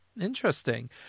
Interesting